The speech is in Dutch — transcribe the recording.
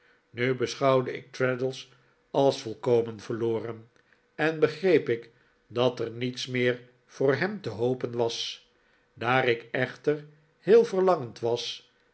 nu beschouwde ik traddles als volkomen verloren en begreep ik dat er niets meer voor hem te hoperi was daar ik echter heel verlangend was